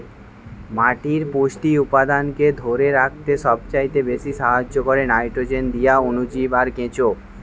মাটির পুষ্টি উপাদানকে ধোরে রাখতে সবচাইতে বেশী সাহায্য কোরে নাইট্রোজেন দিয়ে অণুজীব আর কেঁচো